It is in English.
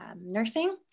nursing